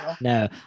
No